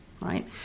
right